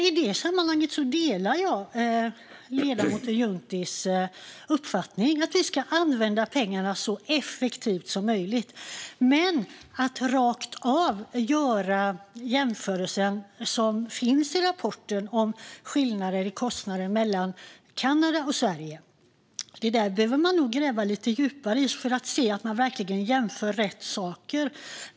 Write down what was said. I detta sammanhang delar jag dock ledamoten Junttis uppfattning: Vi ska använda pengarna så effektivt som möjligt. Men innan man rakt av gör den jämförelse som finns i rapporten mellan kostnaden i Kanada respektive Sverige behöver man nog gräva lite djupare i detta för att se att det verkligen är rätt saker som jämförs.